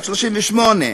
בת 38,